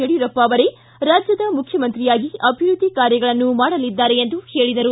ಯಡಿಯೂರಪ್ಪ ಅವರೇ ರಾಜ್ಯದ ಮುಖ್ಯಮಂತ್ರಿ ಆಗಿ ಅಭಿವೃದ್ಧಿ ಕಾರ್ಯಗಳನ್ನು ಮಾಡಲಿದ್ದಾರೆ ಎಂದು ಹೇಳಿದರು